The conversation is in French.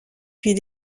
puis